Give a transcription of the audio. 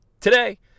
today